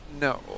no